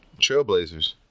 Trailblazers